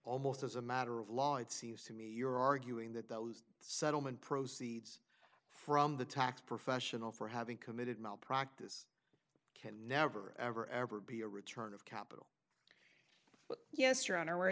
almost as a matter of law it seems to me you're arguing that those settlement proceeds from the tax professional for having committed malpractise can never ever ever be a return of capital but yes your hon